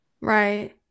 Right